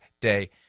day